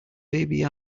baby